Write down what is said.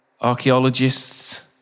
archaeologists